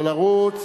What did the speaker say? לא לרוץ.